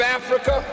africa